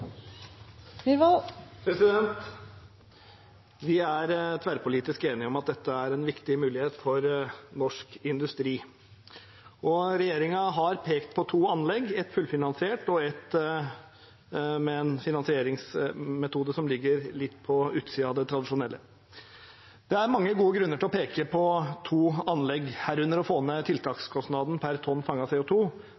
tverrpolitisk enige om at dette er en viktig mulighet for norsk industri. Regjeringen har pekt på to anlegg, ett fullfinansiert og ett med en finansieringsmetode som ligger litt på utsiden av det tradisjonelle. Det er mange gode grunner til å peke på to anlegg, herunder å få